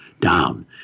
down